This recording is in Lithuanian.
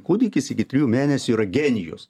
kūdikis iki trijų mėnesių yra genijus